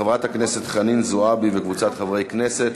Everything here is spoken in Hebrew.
של חברת הכנסת חנין זועבי וקבוצת חברי הכנסת.